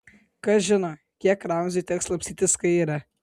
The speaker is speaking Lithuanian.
kas žino kiek ramziui teks slapstytis kaire